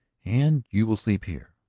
and you will sleep here?